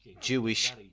Jewish